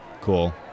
cool